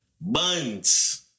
Buns